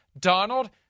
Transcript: Donald